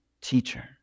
teacher